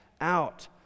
out